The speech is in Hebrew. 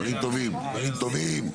ומתחילים ב-י"ב.